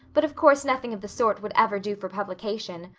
but of course nothing of the sort would ever do for publication,